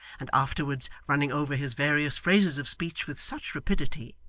and afterwards running over his various phrases of speech with such rapidity,